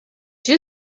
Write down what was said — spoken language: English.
you